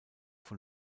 von